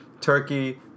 Turkey